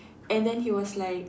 and then he was like